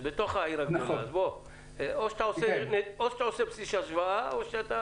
זה בתוך העיר הגדולה אז או שאתה עושה בסיס השוואה או שאתה...